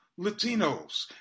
Latinos